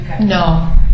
No